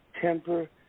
temper